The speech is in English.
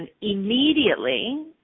immediately